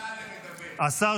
-- כתוב בסדר-היום- - שטרן,